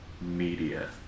media